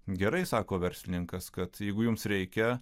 gerai sako verslininkas kad jeigu jums reikia